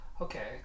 Okay